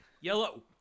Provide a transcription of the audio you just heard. yellow